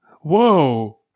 Whoa